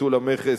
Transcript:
ביטול המכס